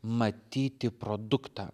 matyti produktą